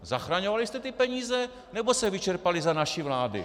Zachraňovali jste ty peníze, nebo se vyčerpaly za naší vlády?